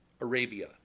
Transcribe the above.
Arabia